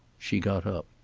she got up.